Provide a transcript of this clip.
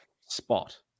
spot